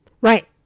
right